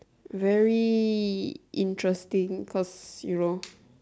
very interesting cause you know